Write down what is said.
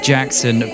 Jackson